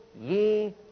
ye